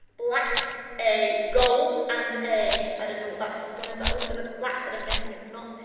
black, a gold and a. i don't know what that top one is that also looks black but i'm guessing it's not.